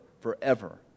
forever